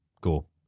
cool